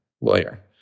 lawyer